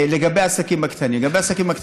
לגבי העסקים הקטנים,